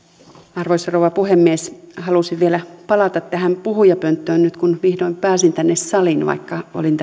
arvoisa rouva puhemies halusin vielä palata tähän puhujapönttöön nyt kun vihdoin pääsin tänne saliin vaikka olin